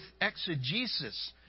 exegesis